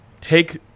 take